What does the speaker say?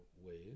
ways